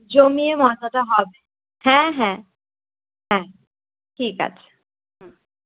জমিয়ে মজাটা হবে হ্যাঁ হ্যাঁ হ্যাঁ ঠিক আছে হুম